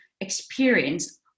experience